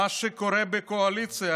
מה שקורה בקואליציה,